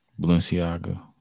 Balenciaga